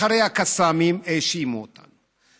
אחרי הקסאמים האשימו אותנו,